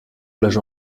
plage